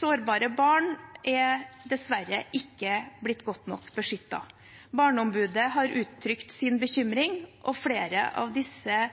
Sårbare barn er dessverre ikke blitt godt nok beskyttet. Barneombudet har uttrykt sin bekymring, og flere av disse